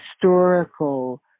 historical